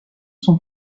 sont